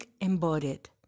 embodied